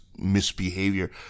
misbehavior